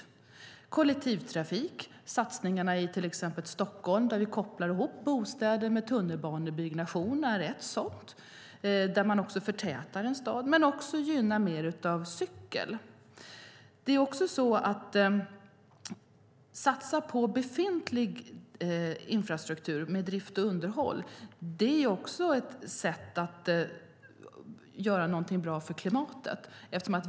Vi satsar på kollektivtrafik med satsningarna i till exempel Stockholm, där vi kopplar ihop bostäder med tunnelbanebyggnation, förtätar staden och gynnar cykel. Att satsa på befintlig infrastruktur med drift och underhåll är ett sätt att göra någonting bra för klimatet.